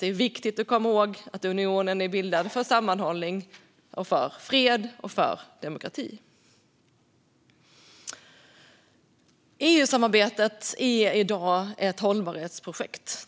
Det är viktigt att komma ihåg att unionen är bildad för sammanhållning, fred och demokrati. EU-samarbetet är i dag ett hållbarhetsprojekt.